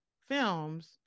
films